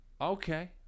okay